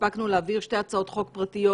הספקנו להעביר שתי הצעות חוק פרטיות